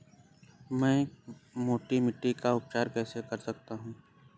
मैं मोटी मिट्टी का उपचार कैसे कर सकता हूँ?